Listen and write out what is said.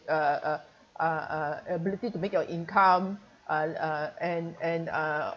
uh uh uh uh ability to make your income uh uh and and uh